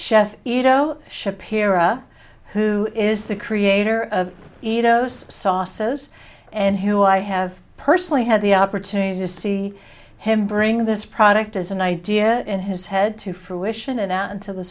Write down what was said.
chef ito shapira who is the creator of ito's sauces and who i have personally had the opportunity to see him bring this product as an idea in his head to fruition and out into the